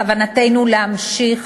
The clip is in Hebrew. בכוונתנו להמשיך